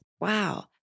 Wow